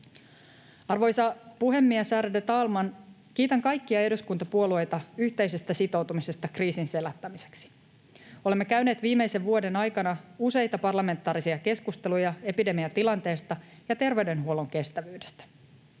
Arvoisa puhemies, ärade talman! Kiitän kaikkia eduskuntapuolueita yhteisestä sitoutumisesta kriisin selättämiseksi. Olemme käyneet viimeisen vuoden aikana useita parlamentaarisia keskusteluja epidemiatilanteesta ja terveydenhuollon kestävyydestä.